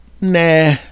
nah